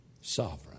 sovereign